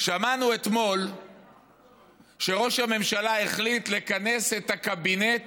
שמענו אתמול שראש הממשלה החליט לכנס את הקבינט